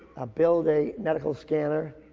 build a medical scanner.